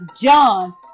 John